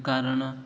କାରଣ